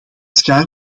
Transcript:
schaar